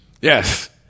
Yes